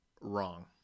wrong